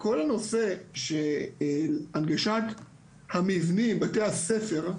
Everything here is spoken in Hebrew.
כל הנושא של הנגשת המבנים, בתי הספר.